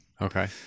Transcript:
Okay